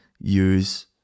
use